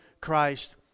Christ